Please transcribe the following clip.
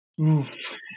Oof